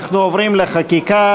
אנחנו עוברים לחקיקה.